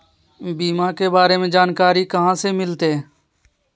बीमा के बारे में जानकारी कहा से मिलते?